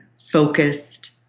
focused